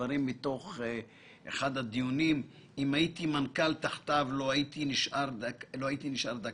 דברים מתוך אחד הדיונים: "אם הייתי מנכ"ל תחתיו לא הייתי נשאר דקה".